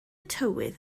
tywydd